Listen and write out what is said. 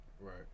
Right